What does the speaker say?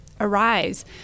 arise